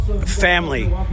family